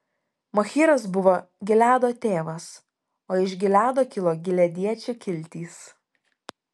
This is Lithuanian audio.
machyras buvo gileado tėvas o iš gileado kilo gileadiečių kiltys